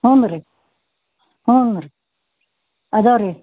ಹ್ಞೂ ರೀ ಹ್ಞೂ ರೀ ಇದಾವ್ ರೀ